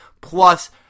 plus